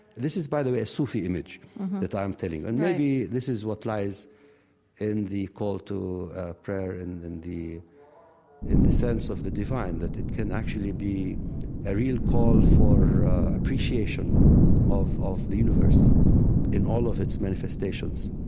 this is, by the way, a sufi image that i am telling. and maybe this is what lies in the call to prayer and in the in the sense of the divine, that it can actually be a real call for appreciation of of the universe in all of its manifestations.